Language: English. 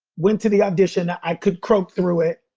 went to the audition. i could croak through it.